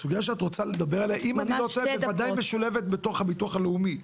הסוגייה שאת רוצה לדבר עליה בוודאי משולבת בתוך הביטוח הלאומי.